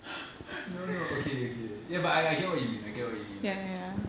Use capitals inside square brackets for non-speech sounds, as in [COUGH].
[NOISE] no no okay okay ya but I I get what you mean I get what you mean like [NOISE]